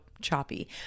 choppy